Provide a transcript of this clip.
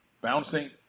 bouncing